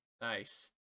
Nice